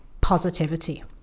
positivity